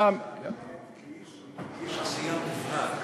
כאיש עשייה מובהק